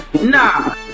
Nah